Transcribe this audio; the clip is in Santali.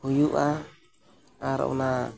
ᱦᱩᱭᱩᱜᱼᱟ ᱟᱨ ᱚᱱᱟ